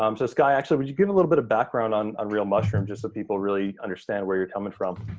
um so skye, actually, would you give a little bit of background on on real mushroom, just so people really understand where you're coming from?